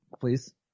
please